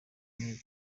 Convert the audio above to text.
kimwe